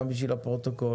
גם בשביל הפרוטוקול,